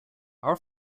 are